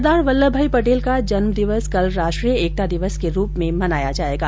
सरदार वल्लभ भाई पटेल का जन्म दिवस कल राष्ट्रीय एकता दिवस के रूप में मनाया जाएगा